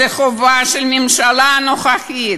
זה חובה של הממשלה הנוכחית.